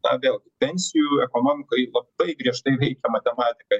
na dėl pensijų ekonomikoj labai griežtai veikia matematika